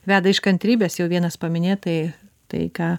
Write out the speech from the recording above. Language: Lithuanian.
veda iš kantrybės jau vienas paminėtai tai ką